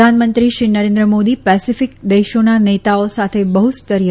પ્રધાનમંત્રીશ્રી નરેન્દ્રમ મોદી પેસેફીકના દેશોના નેતાઓ સાથે બહ્સ્તરીય